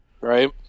right